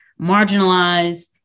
marginalized